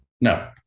no